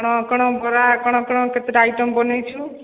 କ'ଣ କ'ଣ ବରା କ'ଣ କ'ଣ କେତେଟା ଆଇଟମ୍ ବନେଇଛୁ